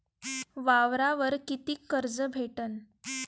वावरावर कितीक कर्ज भेटन?